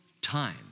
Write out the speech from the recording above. time